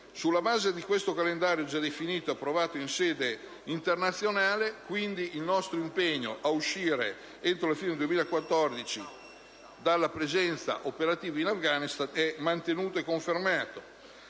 Sulla base di questo calendario, già definito e approvato in sede internazionale, quindi, il nostro impegno ad uscire entro la fine del 2014 dalla presenza operativa in Afghanistan è mantenuto e confermato.